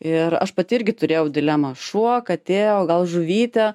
ir aš pati irgi turėjau dilemą šuo katė o gal žuvytė